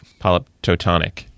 Polyptotonic